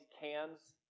cans